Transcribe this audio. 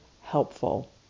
helpful